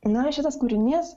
na šitas kūrinys